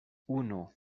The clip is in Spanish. uno